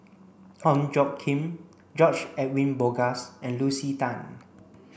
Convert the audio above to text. Ong Tjoe Kim George Edwin Bogaars and Lucy Tan